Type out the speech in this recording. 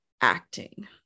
acting